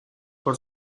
por